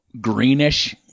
greenish